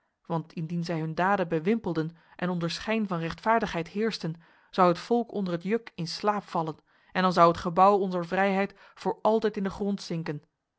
want indien zij hun daden bewimpelden en onder schijn van rechtvaardigheid heersten zou het volk onder het juk in slaap vallen en dan zou het gebouw onzer vrijheid voor altijd in de grond zinken